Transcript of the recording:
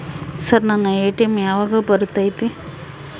Sir ನನ್ನ ATM ಯಾವಾಗ ಬರತೈತಿ?